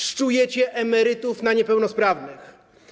Szczujecie emerytów na niepełnosprawnych.